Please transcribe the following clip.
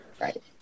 Right